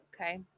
Okay